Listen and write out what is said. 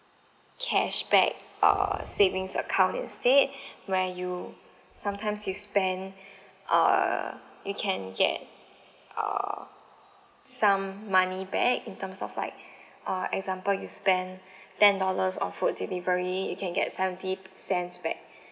cashback uh savings account instead where you sometimes you spend uh you can get err some money back in terms of like uh example you spend ten dollars on food delivery you can get seventy cents back